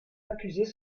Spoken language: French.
accusés